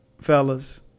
fellas